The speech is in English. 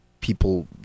People